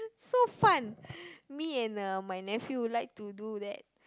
so fun me and my nephew like to do that